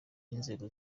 n’inzego